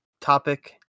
topic